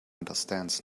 understands